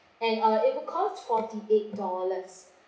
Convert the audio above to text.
and uh it would cost forty-eight dollars